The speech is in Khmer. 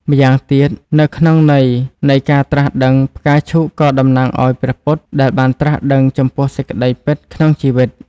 ម្យ៉ាងទៀតនៅក្នុងន័យនៃការត្រាស់ដឹងផ្កាឈូកក៏តំណាងឲ្យ ព្រះពុទ្ធ ដែលបានត្រាស់ដឹងចំពោះសេចក្ដីពិតក្នុងជីវិត។